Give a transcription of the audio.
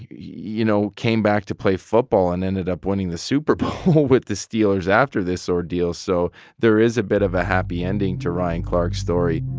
you know, came back to play football and ended up winning the super bowl with the steelers after this ordeal. so there is a bit of a happy ending to ryan clark's story